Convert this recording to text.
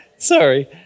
Sorry